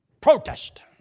protest